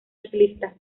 ciclista